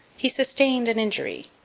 he sustained an injury.